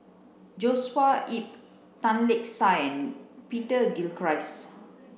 Joshua Ip Tan Lark Sye and Peter Gilchrist